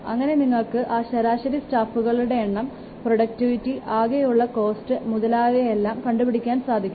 അങ്ങനെ നിങ്ങൾക്ക് ആ ശരാശരി സ്റ്റാഫുകളുടെ എണ്ണം പ്രൊഡക്ടിവിറ്റി ആകെയുള്ള കോസ്റ്റ് മുതലായവയെല്ലാം കണ്ടുപിടിക്കാൻ സാധിക്കും